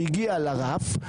שהגיע לרף,